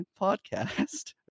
Podcast